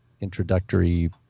Introductory